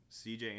CJ